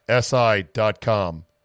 SI.com